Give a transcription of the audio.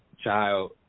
child